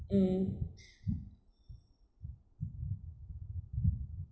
mm